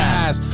eyes